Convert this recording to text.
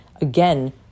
Again